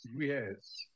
Yes